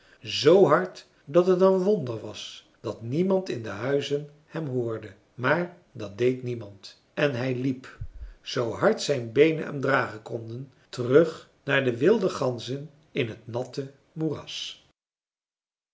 z hard dat het een wonder was dat niemand in de huizen hem hoorde maar dat deed niemand en hij liep zoo hard zijn beenen hem dragen konden terug naar de wilde ganzen in het natte moeras